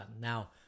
now